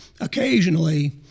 occasionally